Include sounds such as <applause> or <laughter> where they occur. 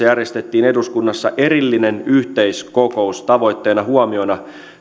<unintelligible> järjestettiin eduskunnassa erillinen yhteiskokous tavoitteena huomioida